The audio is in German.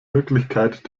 wirklichkeit